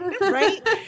right